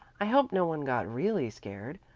i hope no one got really scared.